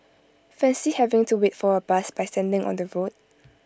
fancy having to wait for A bus by standing on the road